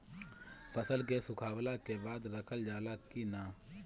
फसल के सुखावला के बाद रखल जाला कि न?